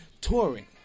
Touring